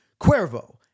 Cuervo